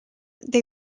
they